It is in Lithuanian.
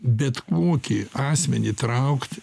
bet kokį asmenį traukt